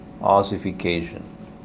ossification